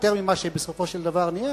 יותר ממה שבסופו של דבר נהיה,